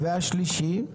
השלישי,